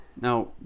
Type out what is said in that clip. Now